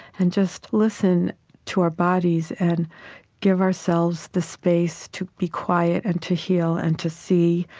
and just listen to our bodies and give ourselves the space to be quiet and to heal and to see,